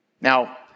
Now